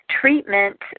treatment